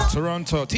Toronto